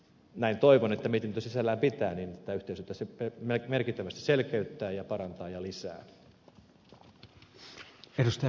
näin toivon että mietintö sisällään pitää ja tätä yhteistyötä merkittävästi selkeyttää parantaa ja lisää